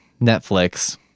Netflix